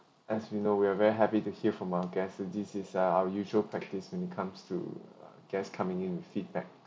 as you know we are very happy to hear from our guests and this is our usual practice when it comes to uh guest coming in in feedback